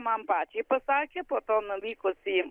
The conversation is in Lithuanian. man pačiai pasakė po to nuvykus į